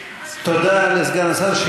תודה לסגן השר.